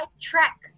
track